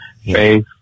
faith